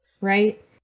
right